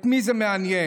את מי זה מעניין?